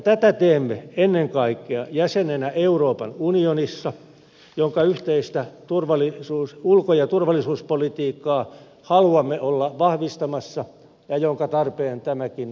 tätä teemme ennen kaikkea jäsenenä euroopan unionissa jonka yhteistä ulko ja turvallisuuspolitiikkaa haluamme olla vahvistamassa ja jonka tarpeen tämäkin kriisi osoittaa